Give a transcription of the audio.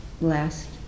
last